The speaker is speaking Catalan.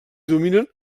dominen